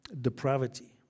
depravity